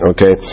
Okay